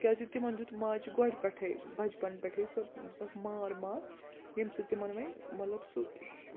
کیٛازِکہِ تِمَن دیُت ماجہِ گۄڈٕ پٮ۪ٹھَے بَچپَن پٮ۪ٹھَے سۄ دیُنکھ مار مار ییٚمہِ سۭتۍ تِمَن ونۍ مطلب سُہ